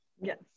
Yes